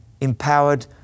empowered